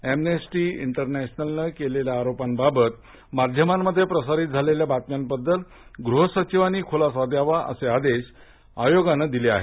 Amnesty इंटरनेशनलनं केलेल्या आरोपांबाबत माध्यमांमध्ये प्रसारीत झालेल्या बातम्यांबद्दल गृह सचिवांनी खुलासा द्यावा असे आदेश आयोगानं दिले आहेत